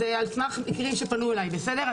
זה על סמך מקרים שפנו אלי בסדר?